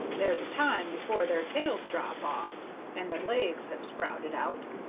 there's a time before their tails drop off and their legs have sprouted out,